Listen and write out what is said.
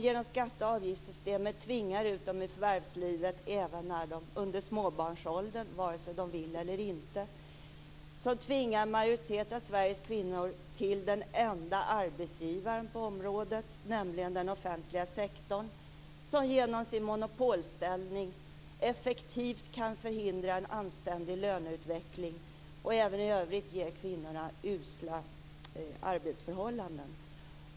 Genom skatte och avgiftssystemet tvingas de ut i förvärvslivet även när de har barn i småbarnsåldern, vare sig de vill det eller inte. Det tvingar majoriteten av Sveriges kvinnor till den enda arbetsgivaren på området, nämligen den offentliga sektorn som genom sin monopolställning effektivt kan förhindra en anständig löneutveckling och som även i övrigt ger kvinnorna usla arbetsförhållanden.